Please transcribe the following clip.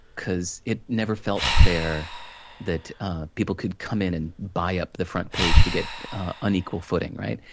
because it never felt fair that people could come in and buy up the front page to get unequal footing, right?